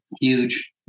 huge